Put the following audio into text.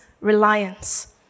reliance